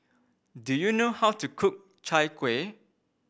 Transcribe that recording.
do you know how to cook Chai Kueh